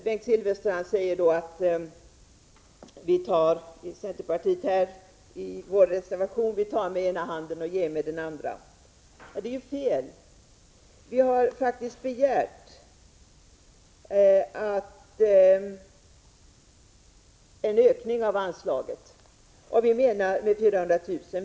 Bengt Silfverstrand säger att centerpartiet i sin reservation tar med den ena handen och ger med den andra. Det är fel. Vi har faktiskt begärt en ökning av anslaget med 400 000 kr.